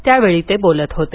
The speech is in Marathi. त्यावेळी ते बोलत होते